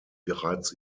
bereits